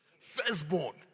Firstborn